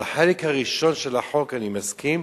על החלק הראשון של החוק אני מסכים,